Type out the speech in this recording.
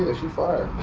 ah she fire,